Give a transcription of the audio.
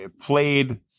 played